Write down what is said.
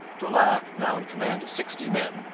daulac, now in command of sixty men,